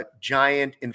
giant